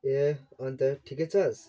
ए अन्त ठिकै छस्